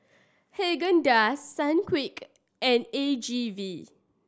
Haagen Dazs Sunquick and A G V